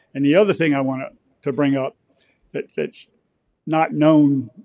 and the other thing i want to to bring up that's that's not known